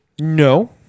No